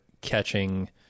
catching